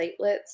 platelets